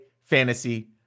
fantasy